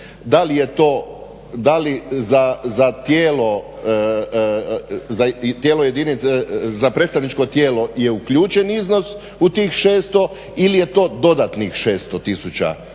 za tijelo jedinice, za predstavničko tijelo je uključen iznos u tih 600 ili je to dodatnih 600 tisuća